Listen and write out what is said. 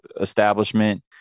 establishment